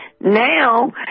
Now